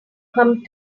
come